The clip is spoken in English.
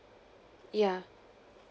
yeah